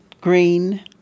Green